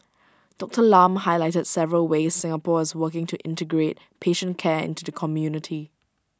Doctor Lam highlighted several ways Singapore is working to integrate patient care into the community